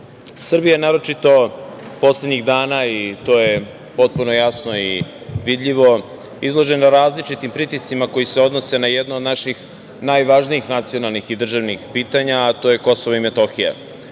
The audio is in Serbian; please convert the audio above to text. Srbija je naročito poslednjih dana, i to je potpuno jasno i vidljivo, izložena različitim pritiscima koji se odnose na jedno od naših najvažnijih nacionalnih i državnih pitanja, a to je KiM, od